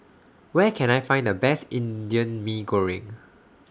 Where Can I Find The Best Indian Mee Goreng